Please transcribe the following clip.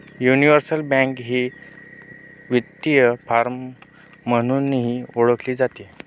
universal bank ही वित्तीय firm म्हणूनही ओळखली जाते